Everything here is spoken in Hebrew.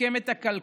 לשקם את הכלכלה,